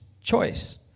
choice